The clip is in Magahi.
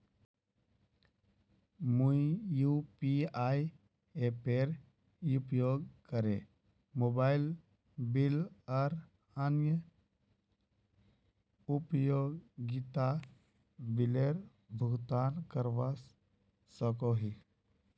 मुई यू.पी.आई एपेर उपयोग करे मोबाइल बिल आर अन्य उपयोगिता बिलेर भुगतान करवा सको ही